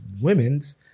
women's